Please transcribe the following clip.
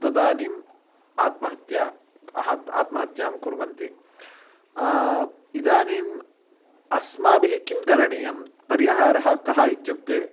तदानीम् आत्महत्या आहत् आत्महत्यां कुर्वन्ति इदानीम् अस्माभिः किं करणीयं परिहारः कः इत्युक्ते